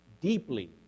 deeply